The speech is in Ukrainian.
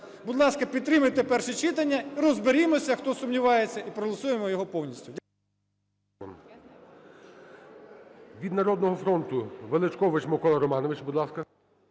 Будь ласка, підтримайте перше читання. Розберімося, хто сумнівається. І проголосуємо його повністю.